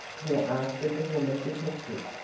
he asked of the woman detective.